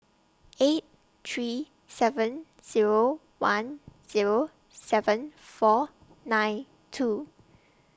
eight three seven Zero one Zero seven four nine two